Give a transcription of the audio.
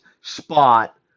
spot